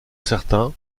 certains